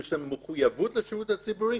שיש להם מחויבות לשירות הציבורי,